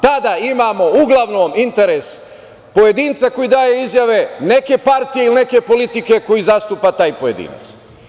Tada imamo uglavnom interes pojedinca koji daje izjave, neke partije ili neke politike koju zastupa taj pojedinac.